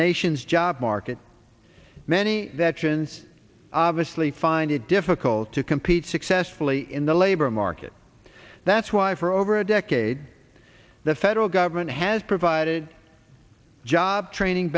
nation's job market many that sions obviously find it difficult to compete successfully in the labor market that's why for over a decade the federal government has provided job training